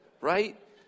right